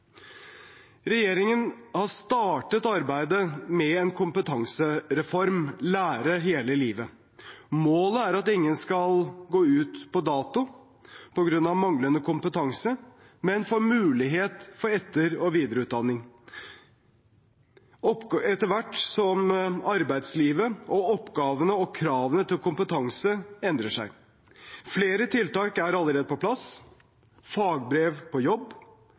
Regjeringen har startet arbeidet med en kompetansereform – Lære hele livet. Målet er at ingen skal gå ut på dato på grunn av manglende kompetanse, men få mulighet til etter- og videreutdanning etter hvert som arbeidslivet, oppgavene og kravene til kompetanse endrer seg. Flere tiltak er allerede på plass: fagbrev på jobb,